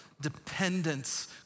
dependence